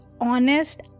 honest